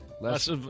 Less